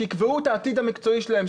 שיקבעו את העתיד המקצועי שלהם,